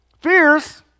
Fears